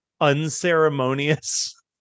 unceremonious